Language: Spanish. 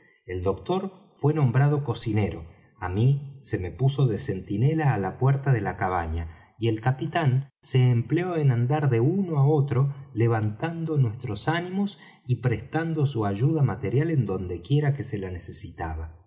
el doctor fué nombrado cocinero á mí se me puso de centinela á la puerta de la cabaña y el capitán se empleó en andar de uno á otro levantando nuestros ánimos y prestando su ayuda material en donde quiera que se la necesitaba